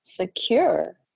secure